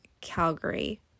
Calgary